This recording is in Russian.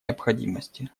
необходимости